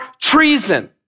treason